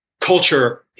culture